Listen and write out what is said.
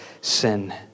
sin